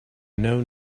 know